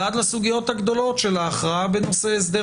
ועד לסוגיות הגדולות של ההכרעה בנושא הסדר